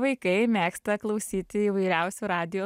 vaikai mėgsta klausyti įvairiausių radijo